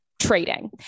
trading